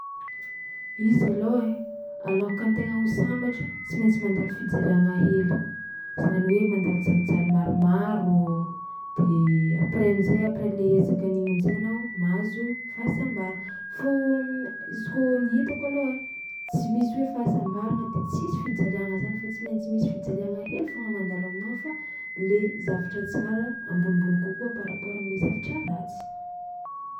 Izy alôha ai alôhaka an-tegna ho sambatra tsy maintsy mandalo fijaliagna hely zany hoe mandalo jalijaly maromaro de après am'zay après an'le zakaigna igny am'zay anao mahazo fahasambaragna fô m- izy kôa ny hitako alôha ai tsy misy hoe fahasambaragna de tsisy fijaliagna zany fa tsy maintsy misy fijaliagna hely foagna mandalo aminao fa le zavara tsara ambonimbony kokoa par rapport am'le zavatra ratsy.